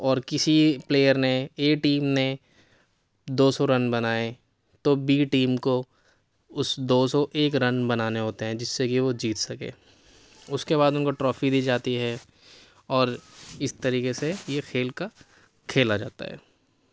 اور کسی پلیئر نے اے ٹیم نے دو سو رن بنائے تو بی ٹیم کو اُس دو سو ایک رن بنانے ہوتے ہیں جس سے کہ وہ جیت سکے اُس کے بعد اُن کو ٹرافی دی جاتی ہے اور اِس طریقے سے یہ کھیل کا کھیلا جاتا ہے